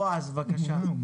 בועז, בבקשה.